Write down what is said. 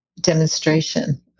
demonstration